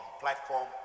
platform